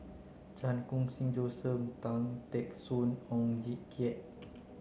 Chan Khun Sing Joseph Tan Teck Soon Oon Jin Teik